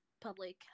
public